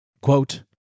Quote